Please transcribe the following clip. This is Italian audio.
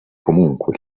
comunque